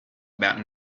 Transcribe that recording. about